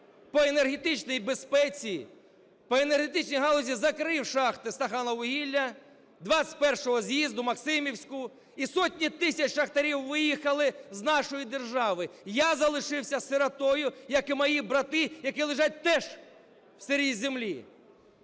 по енергетичній безпеці, по енергетичній галузі закрив шахти "Стахановвугілля", "XXI з'їзду", "Максимівську". І сотні тисяч шахтарів виїхали з нашої держави. Я залишився сиротою, як і мої брати, які лежать теж в сирій землі.